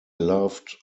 loved